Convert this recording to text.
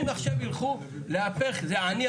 שבהם רוצים לתת אפשרות מצומצמת להפחית את שיעור